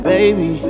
Baby